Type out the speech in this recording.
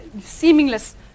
seamless